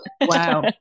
Wow